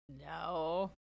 No